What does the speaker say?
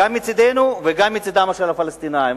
גם מצדנו וגם מצדם של הפלסטינים.